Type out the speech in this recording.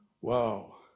Wow